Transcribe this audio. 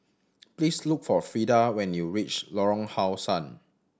please look for Frida when you reach Lorong How Sun